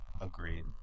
agreed